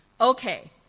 Okay